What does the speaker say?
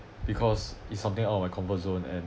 because is something out of my comfort zone and